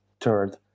third